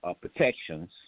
protections